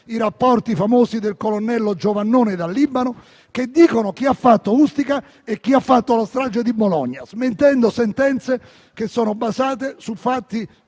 rapporti del colonnello Giovannone dal Libano, che dicono chi ha fatto Ustica e chi la strage di Bologna, smentendo sentenze basate su fatti